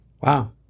Wow